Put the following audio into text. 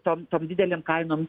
tom didelėm kainom